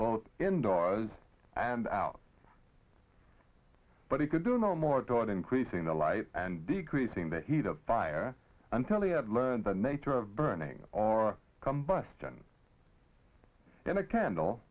both indoors and out but he could do no more toward increasing the light and decreasing the heat of fire until the learn the nature of burning or combustion in a candle